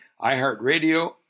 iHeartRadio